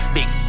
Big